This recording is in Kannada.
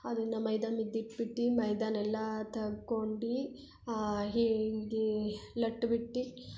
ಅದನ್ನು ಮೈದಾ ಮಿದ್ ಇಟ್ಬಿಟ್ಟು ಮೈದನೆಲ್ಲ ತಗೊಂಡು ಹೀಗೆ ಲಟ್ ಬಿಟ್ಟು